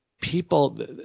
People